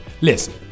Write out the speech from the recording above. Listen